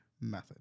method